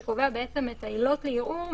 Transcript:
שקובע את העילות לערעור,